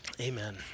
Amen